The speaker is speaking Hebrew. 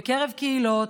בקרב קהילות,